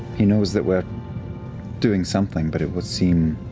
he knows that we're doing something, but it would seem.